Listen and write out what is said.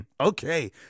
Okay